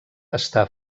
està